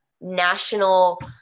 national